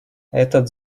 этот